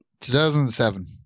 2007